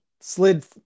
slid